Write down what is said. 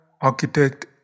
architect